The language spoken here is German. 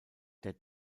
der